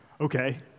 Okay